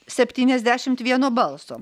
septyniasdešimt vieno balso